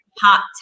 hot